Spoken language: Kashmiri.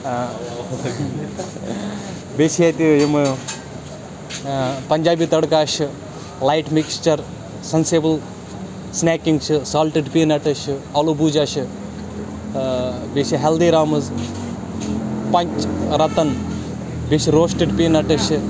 بیٚیہِ چھِ ییٚتہِ یِم پنجابی تَڑکا چھِ لایٹ مِسکچَر سَنسیبٕل سٕنیکِنٛگ چھِ سالٹٕڈ پیٖنَٹٕس چھِ آلوٗ بوٗجا چھِ بیٚیہِ چھِ ہٮ۪لدی رامٕز پنٛچ رَتَن بیٚیہِ چھِ روسٹٕڈ پیٖنَٹٕز چھِ